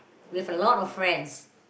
with a lot of friends